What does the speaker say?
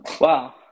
Wow